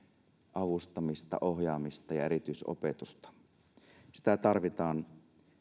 avustamista ohjaamista ja erityisopetusta sitä tarvitaan